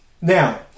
Now